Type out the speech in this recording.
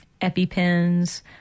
EpiPens